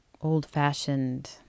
old-fashioned